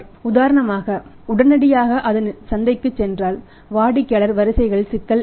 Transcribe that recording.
உதாரணமாக உடனடியாக அது சந்தைக்குச் சென்றால் வாடிக்கையாளர் வரிசைகளின் சிக்கல் இருக்கும்